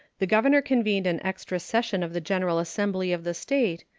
the governor convened an extra session of the general assembly of the state,